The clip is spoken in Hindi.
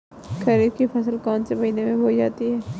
खरीफ की फसल कौन से महीने में बोई जाती है?